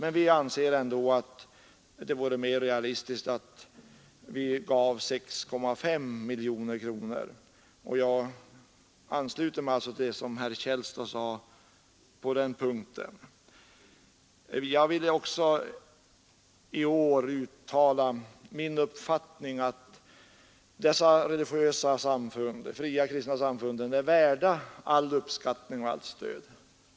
Ändå anser vi det vara mer realistiskt med 6,5 miljoner kronor. Jag ansluter mig alltså till det herr Källstad sade på den punkten. Jag vill också i år uttala som min mening att dessa religiösa samfund, de fria kristna samfunden, är värda all uppskattning och allt stöd.